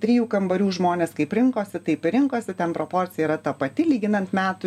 trijų kambarių žmonės kaip rinkosi taip ir rinkosi ten proporcija yra ta pati lyginant metų